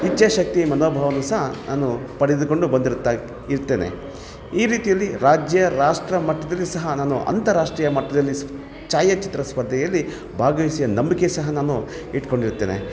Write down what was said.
ಇಚ್ಛಾಶಕ್ತಿ ಮನೋಭಾವವನ್ನು ಸಹ ನಾನು ಪಡೆದುಕೊಂಡು ಬಂದಿರ್ತಾ ಇರ್ತೇನೆ ಈ ರೀತಿಯಲ್ಲಿ ರಾಜ್ಯ ರಾಷ್ಟ್ರ ಮಟ್ಟದಲ್ಲಿ ಸಹ ನಾನು ಅಂತಾರಾಷ್ಟ್ರೀಯ ಮಟ್ಟದಲ್ಲಿ ಸ್ ಛಾಯಾಚಿತ್ರ ಸ್ಪರ್ಧೆಯಲ್ಲಿ ಭಾಗವಹಿಸಿದ ನಂಬಿಕೆ ಸಹ ನಾನು ಇಟ್ಕೊಂಡಿರ್ತೇನೆ